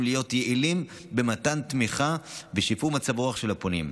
להיות יעילים במתן תמיכה ובשיפור מצב הרוח של הפונים.